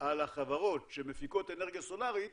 על החברות שמפיקות אנרגיה סולרית